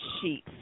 Sheets